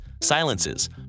silences